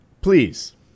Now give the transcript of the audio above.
Please